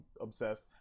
obsessed